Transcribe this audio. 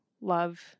love